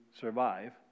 survive